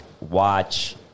watch